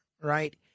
right